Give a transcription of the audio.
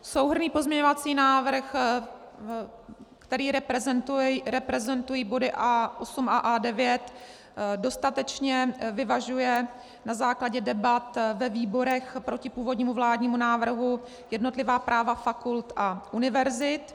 souhrnný pozměňovací návrh, který reprezentují body A8 a A9, dostatečně vyvažuje na nákladě debat ve výborech proti původnímu vládnímu návrhu jednotlivá práva fakult a univerzit.